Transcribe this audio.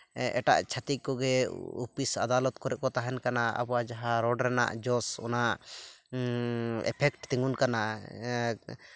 ᱮᱴᱟᱜ ᱪᱷᱟᱹᱛᱤᱠ ᱠᱚᱜᱮ ᱚᱯᱷᱤᱥ ᱟᱫᱟᱞᱚᱛ ᱠᱚᱨᱮ ᱠᱚ ᱛᱟᱦᱮᱱ ᱠᱟᱱᱟ ᱟᱵᱚᱣᱟᱜ ᱡᱟᱦᱟᱸ ᱨᱚᱲ ᱨᱮᱱᱟᱜ ᱡᱚᱥ ᱚᱱᱟ ᱮᱯᱷᱮᱠᱴ ᱛᱤᱸᱜᱩᱱ ᱠᱟᱱᱟ